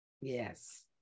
yes